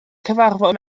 cyfarfod